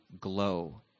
glow